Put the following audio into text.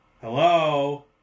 Hello